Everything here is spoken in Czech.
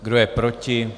Kdo je proti?